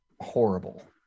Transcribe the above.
horrible